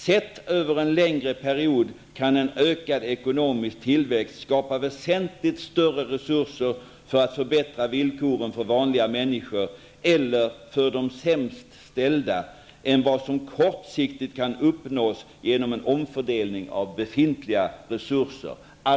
Sett över en längre period kan en ökad ekonomisk tillväxt skapa väsentligt större resurser för att förbättra villkoren för vanliga människor -- eller för de sämst ställda -- än vad som kortsiktigt kan uppnås genom en omfördelning av befintliga resurser.''